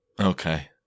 Okay